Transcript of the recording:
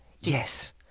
Yes